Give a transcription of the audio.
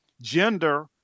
gender